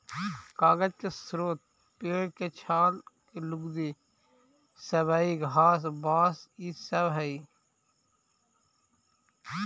कागज के स्रोत पेड़ के छाल के लुगदी, सबई घास, बाँस इ सब हई